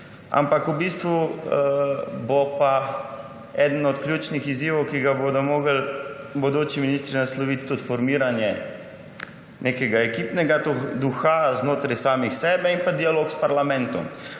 mile. V bistvu bo pa eden od ključnih izzivov, ki jih bodo morali bodoči ministri nasloviti, tudi formiranje nekega ekipnega duha znotraj samih sebe in dialog s parlamentom.